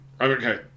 Okay